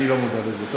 אני לא מודע לזה.